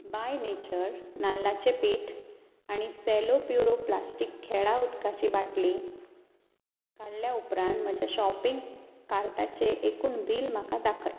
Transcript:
बाय nature नाल्लाचें पिठ आनी सेलो प्युरो प्लास्टिक खेळां उदकाची बाटली काडल्या उपरांत म्हज्या शॉपिंग कार्टाचें एकूण बिल म्हाका दाखय